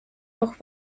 doch